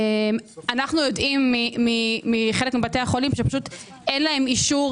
אנו יודעים מחלק מבתי החולים שאין להם אישור